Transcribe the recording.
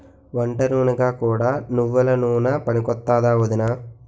వంటనూనెగా కూడా నువ్వెల నూనె పనికొత్తాదా ఒదినా?